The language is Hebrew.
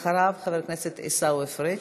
אחריו, חבר הכנסת עיסאווי פריג'.